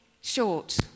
short